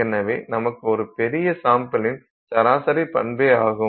எனவே நமக்கு ஒரு பெரிய சாம்பிளின் சராசரி பண்பே ஆகும்